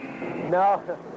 No